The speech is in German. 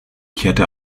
kehrte